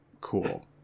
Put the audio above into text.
cool